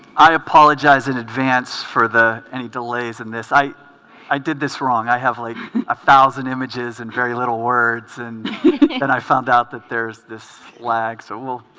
i apologize in advance for the any delays and this i i did this wrong i have like a thousand images and very little words and and i found out that there's this lag so will